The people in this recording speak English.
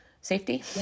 safety